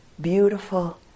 beautiful